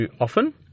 often